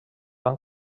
van